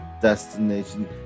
destination